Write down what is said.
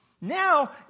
now